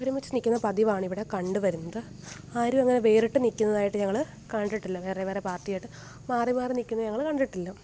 ഒരുമിച്ച് നിൽക്കുന്ന പതിവാണിവിടെ കണ്ട് വരുന്നത് ആരുമങ്ങനെ വേറിട്ട് നിൽക്കുന്നതായിട്ട് ഞങ്ങൾ കണ്ടിട്ടില്ല വേറെ വേറെ പാർട്ട്യായിട്ട് മാറി മാറി നിൽക്കുന്നു ഞങ്ങൾ കണ്ടിട്ടില്ല